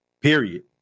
Period